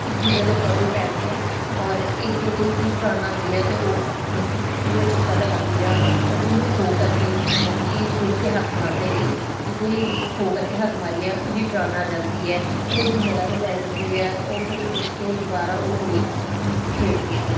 ਇੱਕ ਦੂਸਰੇ ਦੇ ਅਪੋਜਿਟ ਬੈਠਦੀਆਂ ਔਰ ਇੱਕ ਦੀ ਟਰਨ ਆਉਂਦੀ ਹੈ ਤਾਂ ਉਹ ਮਤਲਬ ਕਿ ਪੂਰੇ ਚੱਕਰ ਲਗਾਉਂਦੀ ਆ ਉਹ ਜਿਹਨੂੰ ਖੋ ਕਰਕੇ ਮਤਲਬ ਕਿ ਪਿੱਠ 'ਤੇ ਹੱਥ ਮਾਰ ਦੇਵੇਗੀ ਜਿਹਦੀ ਖੋ ਕਰਕੇ ਹੱਥ ਮਾਰੀ ਹੈ ਉਹਦੀ ਟਰਨ ਆ ਜਾਂਦੀ ਹੈ ਉਹ ਉਹਦੀ ਜਗ੍ਹਾ 'ਤੇ ਬਹਿ ਜਾਂਦੀ ਹੈ ਉਹ ਫਿਰ ਉੱਠ ਕੇ ਦੁਬਾਰਾ ਉਹ ਕੁੜੀ ਖੇਡਦੀ ਹੈ